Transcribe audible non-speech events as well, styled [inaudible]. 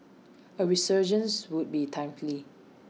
[noise] A resurgence would be timely